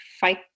fight